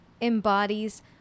embodies